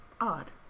Odd